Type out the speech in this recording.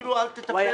אפילו אל תטפל בזה.